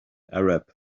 arab